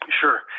Sure